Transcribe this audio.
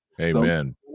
Amen